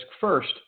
first